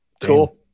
cool